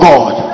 God